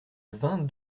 vingt